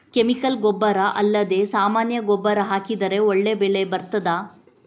Chemical ಗೊಬ್ಬರ ಅಲ್ಲದೆ ಸಾಮಾನ್ಯ ಗೊಬ್ಬರ ಹಾಕಿದರೆ ಒಳ್ಳೆ ಬೆಳೆ ಬರ್ತದಾ?